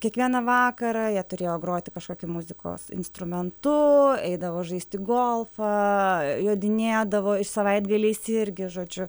kiekvieną vakarą jie turėjo groti kažkokiu muzikos instrumentu eidavo žaisti golfą jodinėdavo ir savaitgaliais irgi žodžiu